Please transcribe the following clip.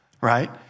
right